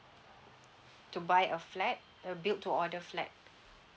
to buy a flat uh build to order flat